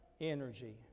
energy